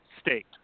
state